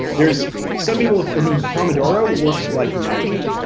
there's some people for whom pomodoro works like magic.